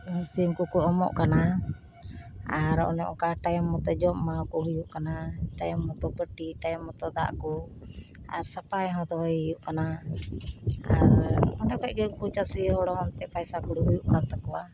ᱥᱤᱢ ᱠᱚᱠᱚ ᱚᱢᱚᱜ ᱠᱟᱱᱟ ᱟᱨ ᱚᱱᱮ ᱚᱠᱟ ᱴᱟᱭᱤᱢ ᱢᱚᱛᱚ ᱡᱚᱢ ᱮᱢᱟᱣᱠᱚ ᱦᱩᱭᱩᱜ ᱠᱟᱱᱟ ᱴᱟᱭᱮᱢ ᱢᱚᱛᱚ ᱯᱟᱹᱴᱤ ᱴᱟᱭᱮᱢ ᱢᱚᱛᱚ ᱫᱟᱜ ᱠᱚ ᱟᱨ ᱥᱟᱯᱟᱭᱦᱚᱸ ᱫᱚᱦᱚᱭ ᱦᱩᱭᱩᱜ ᱠᱟᱱᱟ ᱟᱨ ᱚᱸᱰᱮ ᱠᱷᱚᱡᱜᱮ ᱩᱝᱠᱚ ᱪᱟᱥᱤᱦᱚᱲ ᱦᱚᱸ ᱮᱱᱛᱮᱫ ᱯᱟᱭᱥᱟ ᱠᱩᱲᱤ ᱦᱩᱭᱩᱜᱠᱟᱱ ᱛᱟᱠᱚᱣᱟ